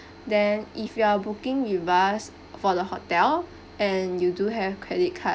then if you are booking with us for the hotel and you do have credit card